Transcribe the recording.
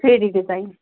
heavy design